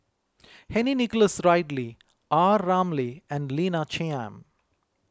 Henry Nicholas Ridley are Ramli and Lina Chiam